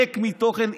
ריק מתוכן,